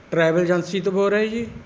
travel agency ਤੋਂ ਬੋਲ ਰਹੇ ਜੀ